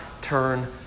turn